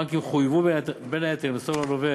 הבנקים חויבו, בין היתר, למסור ללווה